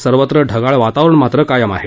सर्वत्र ढगाळ वातावरण मात्र कायम आहे